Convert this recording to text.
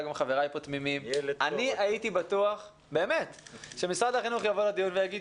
גם חבריי פה תמימים אני הייתי בטוח שמשרד החינוך יבוא לדיון ויגיד,